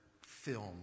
film